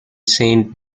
saint